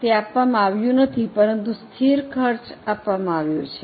તે આપવામાં આવ્યું નથી પરંતુ સ્થિર ખર્ચ આપવામાં આવ્યું છે